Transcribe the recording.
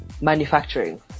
manufacturing